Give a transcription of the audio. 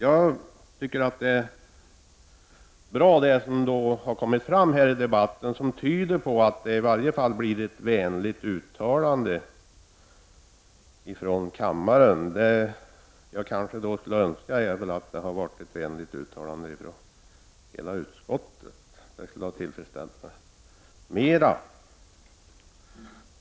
Av debatten har framgått att det i varje fall blir ett vänligt uttalande från kammaren i denna fråga, och det är bra. Jag hade önskat att hela utskottet hade gjort ett vänligt uttalande. Det skulle ha gjort mig än mer tillfredsställd.